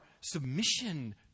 submission